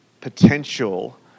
potential